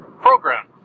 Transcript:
program